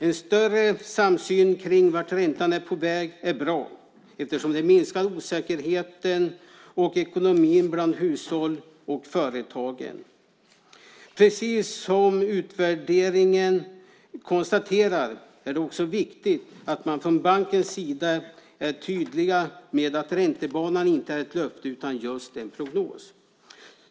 En större samsyn kring vart räntan är på väg är bra eftersom det minskar osäkerheten om ekonomin bland hushåll och företag. Precis som konstateras i utvärderingen är det också viktigt att man från bankens sida är tydlig med att räntebanan inte är ett löfte utan just en prognos.